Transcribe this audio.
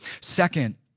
Second